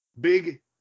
Big